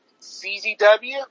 CZW